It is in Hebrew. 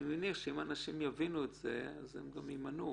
אני מניח שאם אנשים יבינו את זה, הם יימנעו